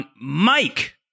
Mike